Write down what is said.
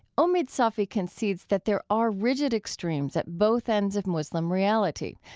omid safi concedes that there are rigid extremes at both ends of muslim reality,